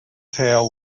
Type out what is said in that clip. tail